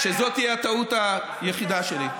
שזו תהיה הטעות היחידה שלי.